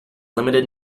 limited